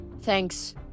thanks